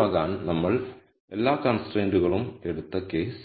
active ആകാൻ നമ്മൾ എല്ലാ കൺസ്ട്രൈന്റുകളും എടുത്ത കേസ്